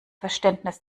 verständnis